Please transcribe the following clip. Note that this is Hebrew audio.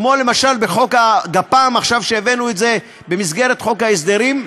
כמו למשל הפעם שהבאנו את זה בחוק ההסדרים,